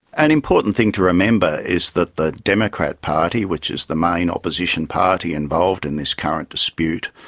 an important thing to remember is that the democrat party, which is the main opposition party involved in this current dispute,